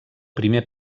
primer